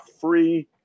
free